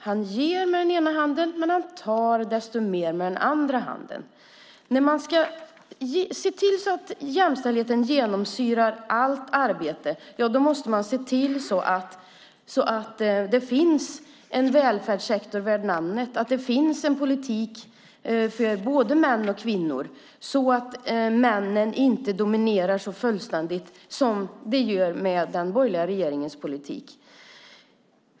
Han ger med den ena handen, men han tar desto mer med den andra handen. När man ska se till att jämställdheten genomsyrar allt arbete måste man se till att det finns en välfärdssektor värd namnet och att det finns en politik för både män och kvinnor så att männen inte dominerar så fullständigt som de gör med den borgerliga regeringens politik.